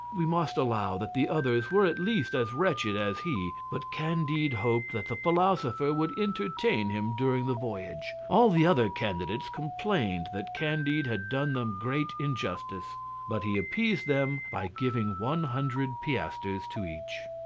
we must allow that the others were at least as wretched as he but candide hoped that the philosopher would entertain him during the voyage. all the other candidates complained that candide had done them great injustice but he appeased them by giving one hundred piastres to each.